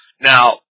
Now